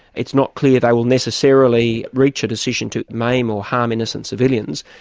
it's not clear they will necessarily reach a decision to maim or harm innocent civilians,